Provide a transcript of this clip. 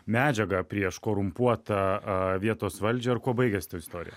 medžiagą prieš korumpuotą vietos valdžią ir kuo baigėsi ta istorija